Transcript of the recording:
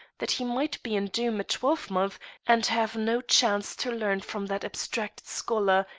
that he might be in doom a twelvemonth and have no chance to learn from that abstracted scholar,